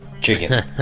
chicken